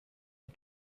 are